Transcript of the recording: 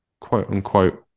quote-unquote